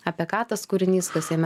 apie ką tas kūrinys kas jame